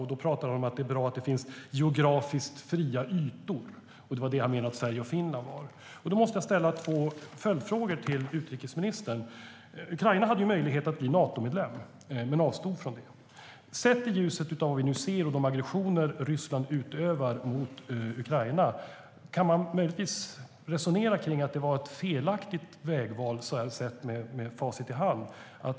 Han talade om att det är bra att det finns geografiskt fria ytor. Det var det han menade att Sverige och Finland var. Då måste jag ställa två följdfrågor till utrikesministern. Ukraina hade möjlighet att bli Natomedlem, men avstod från det. I ljuset av det vi nu ser och de aggressioner Ryssland utövar mot Ukraina, kan man med facit i hand möjligtvis resonera att det var ett felaktigt vägval.